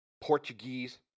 Portuguese